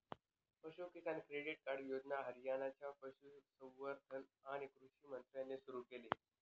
पशु किसान credit card योजना हरियाणाच्या पशुसंवर्धन आणि कृषी मंत्र्यांनी सुरू केली